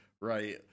right